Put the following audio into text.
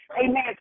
Amen